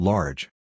Large